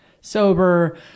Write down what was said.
sober